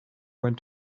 went